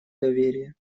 доверия